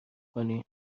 کنین